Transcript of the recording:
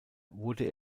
wurde